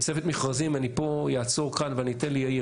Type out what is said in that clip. צוות מכרזים, אני פה אעצור ואתן ליאיר.